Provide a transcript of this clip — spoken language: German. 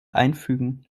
einfügen